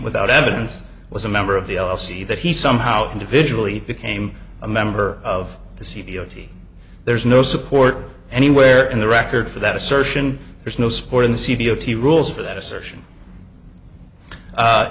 without evidence was a member of the l l c that he somehow individually became a member of the c b o t there's no support anywhere in the record for that assertion there's no support in the c b o t rules for that assertion